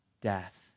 death